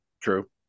True